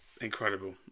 incredible